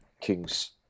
King's